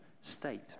state